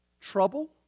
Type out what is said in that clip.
trouble